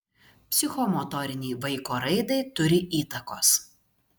psichomotorinei vaiko raidai turi įtakos